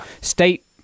State